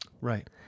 Right